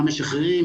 מה שחררים,